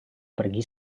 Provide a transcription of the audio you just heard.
pergi